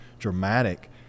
dramatic